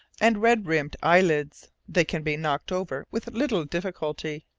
and red-rimmed eyelids they can be knocked over with little difficulty.